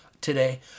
today